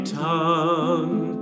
tongue